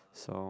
so